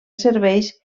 serveis